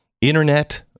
Internet